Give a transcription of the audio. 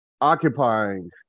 occupying